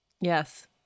Yes